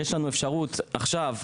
יש לנו אפשרות עכשיו.